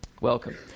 Welcome